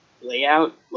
layout